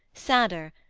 sadder,